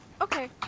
Okay